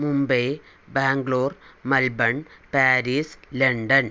Mumbai Bangalore Melbourne Paris London